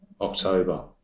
October